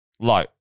low